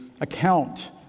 account